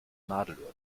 nadelöhr